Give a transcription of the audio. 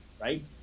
right